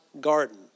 garden